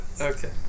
Okay